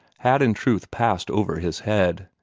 had in truth passed over his head.